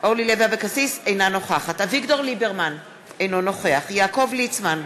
אינה נוכחת אביגדור ליברמן, אינו נוכח יעקב ליצמן,